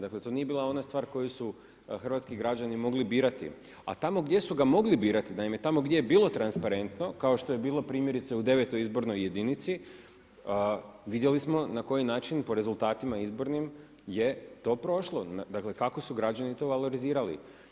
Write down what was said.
Dakle to nije bila ona stvar koju su hrvatski građani mogli birati, a tamo gdje su ga mogli birati naime tamo gdje je bilo transparentno, kao što je bilo primjerice u 9. izbornoj jedinici, vidjeli smo na koji način po rezultatima izbornim je to prošlo kako su građani to valorizirali.